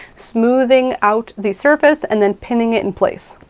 smoothing out the surface and then pinning it in place.